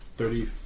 thirty